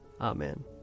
Amen